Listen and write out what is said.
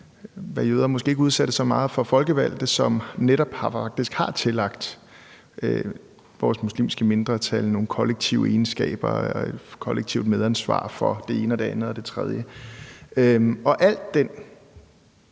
hvilket jøder måske ikke udsættes så meget for, folkevalgte, som netop faktisk har tillagt vores muslimske mindretal nogle kollektive egenskaber og kollektivt medansvar for det ene og det andet og det tredje. Al den